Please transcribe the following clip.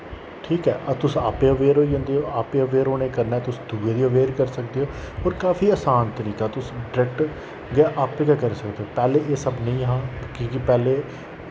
ठीक ऐ तुस आपे अवेयर होई जंदे ओ आपे अवेयर होने कन्नै तुस दुए गी अवेयर करी सकदे ओ और काफी असान तरीका तुस डरैक्ट गै आपे गै करी सकदे ओ पैह्ले एह् सब नेईं हा कि के पैह्ले